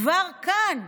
כבר כאן,